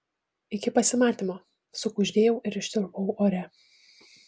iki pasimatymo sukuždėjau ir ištirpau ore